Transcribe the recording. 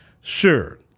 sure